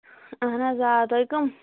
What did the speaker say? اہن حظ آ تُہۍ کٕم